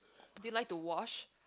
do you like to wash